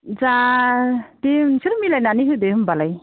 जा दे नोंसोर मिलायनानै होदो होमबालाय